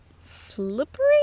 slippery